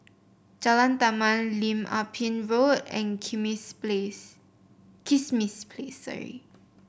Jalan Taman Lim Ah Pin Road and Kismis Place